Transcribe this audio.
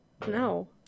no